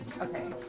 okay